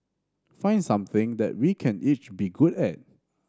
find something that we can each be good at